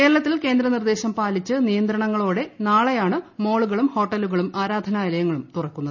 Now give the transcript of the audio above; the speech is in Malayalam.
കേരളത്തിൽ കേന്ദ്ര നിർദേശം പാലിച്ച് നിയന്ത്രണങ്ങളോടെ നാളെയാണ് മാളുകളും ഹോട്ടലുകളും ആരാധനാലയങ്ങളും തുറക്കുന്നത്